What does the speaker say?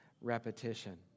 repetition